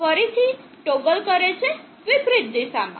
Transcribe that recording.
ફરીથી ટોગલ કરે છે વિપરીત દિશામાં